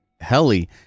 heli